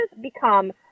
become